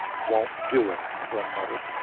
won't do it, slim muttered.